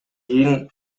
кийин